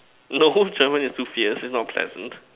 no German is too fierce it's not pleasant